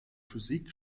physik